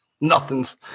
nothing's